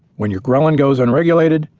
when you're ghrelin goes unregulated,